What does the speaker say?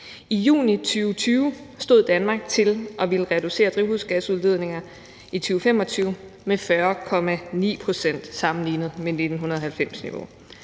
I juni 2020 stod Danmark til at ville reducere drivhusgasudledninger i 2025 med 40,9 pct. sammenlignet med 1990-niveau.